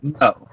No